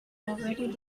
already